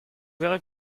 verrai